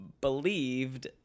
believed